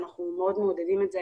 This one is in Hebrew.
ואנחנו מאוד מעודדים את זה,